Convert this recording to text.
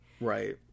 right